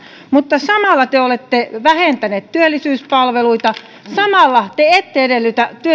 mutta samalla te olette vähentäneet työllisyyspalveluita samalla te ette edellytä